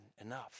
enough